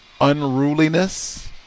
unruliness